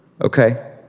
Okay